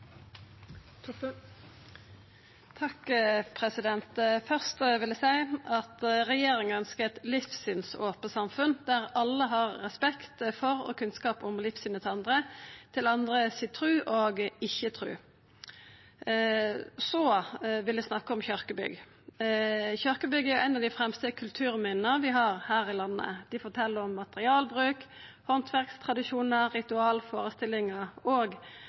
Først vil eg seia at regjeringa ønskjer eit livssynsope samfunn der alle har respekt for og kunnskap om livssynet til andre, til andre si tru og ikkje-tru. Så vil eg snakka om kyrkjebygg. Kyrkjebygga er nokre av dei fremste kulturminna vi har her i landet. Dei fortel om materialbruk, handverkstradisjonar, ritual, førestellingar og